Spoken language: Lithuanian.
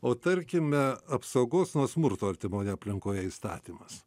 o tarkime apsaugos nuo smurto artimoje aplinkoje įstatymas